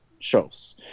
shows